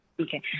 Okay